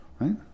Right